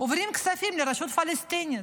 עוברים כספים לרשות הפלסטינית,